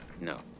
No